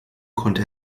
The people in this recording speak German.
konnte